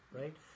right